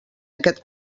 aquest